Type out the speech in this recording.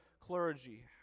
clergy